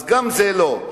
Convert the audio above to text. אז גם זה לא.